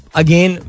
again